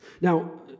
Now